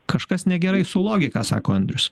kažkas negerai su logika sako andrius